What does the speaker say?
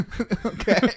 Okay